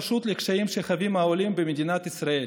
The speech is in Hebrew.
פשוט לקשיים שחווים העולים במדינת ישראל,